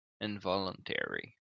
involuntary